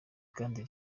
kandi